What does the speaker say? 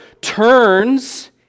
turns